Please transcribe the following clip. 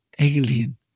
Alien